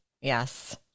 Yes